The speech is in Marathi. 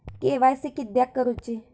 के.वाय.सी किदयाक करूची?